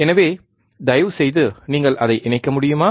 எனவே தயவுசெய்து நீங்கள் அதை இணைக்க முடியுமா